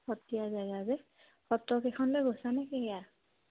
সত্ৰীয়া জেগা যে সত্ৰকেইখনলৈ গৈছা নে কি ইয়াৰ